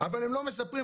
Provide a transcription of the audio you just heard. אבל הם לא מספרים,